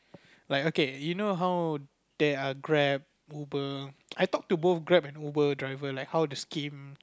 like okay you know how there are Grab Uber I talk to both Grab and Uber driver like how the scheme